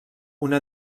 una